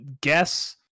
guess